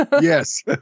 Yes